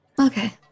Okay